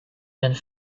and